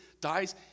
dies